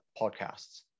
podcasts